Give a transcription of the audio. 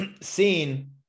seen